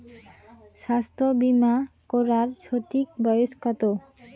স্বাস্থ্য বীমা করার সঠিক বয়স কত?